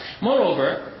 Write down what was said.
Moreover